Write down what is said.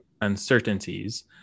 uncertainties